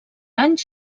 anys